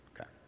Okay